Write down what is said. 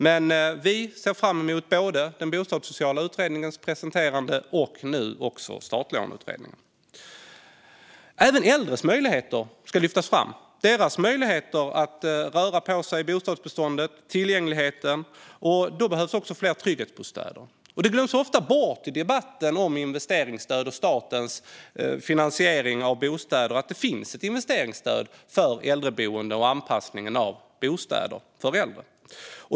Men vi ser fram emot att både den bostadssociala utredningen och startlånsutredningen presenteras. Även äldres möjligheter att röra på sig i bostadsbeståndet och deras tillgänglighet ska lyftas fram. Det behövs fler trygghetsbostäder. I debatten om investeringsstöd och statens finansiering av bostäder glöms det ofta bort att det finns ett investeringsstöd för äldreboenden och anpassning av bostäder för äldre.